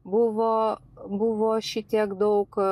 buvo buvo šitiek daug